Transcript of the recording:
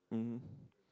mmhmm